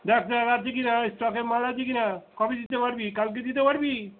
দেখ দেখি আছে কীনা স্টিওকে মাল আছে কিনা কবে দিতে পারবি কালকে দিতে পারবি